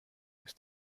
ist